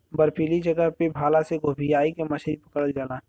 बर्फीली जगह पे भाला से गोभीयाई के मछरी पकड़ल जाला